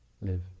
live